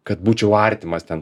kad būčiau artimas ten